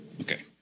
Okay